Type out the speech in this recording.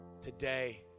Today